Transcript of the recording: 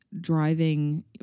driving